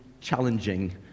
challenging